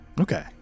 Okay